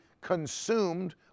consumed